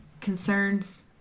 concerns